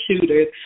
shooters